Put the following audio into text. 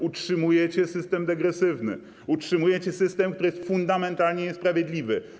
Utrzymujecie system degresywny, utrzymujecie system, który jest fundamentalnie niesprawiedliwy.